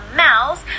mouse